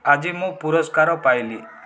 ଆଜି ମୁଁ ପୁରସ୍କାର ପାଇଲି